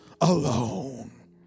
alone